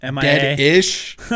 dead-ish